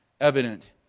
evident